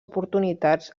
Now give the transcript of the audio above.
oportunitats